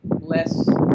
less